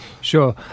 sure